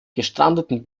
gestrandeten